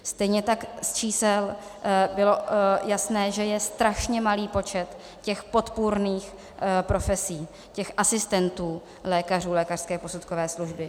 Stejně tak z čísel bylo jasné, že je strašně malý počet podpůrných profesí, těch asistentů lékařů lékařské posudkové služby.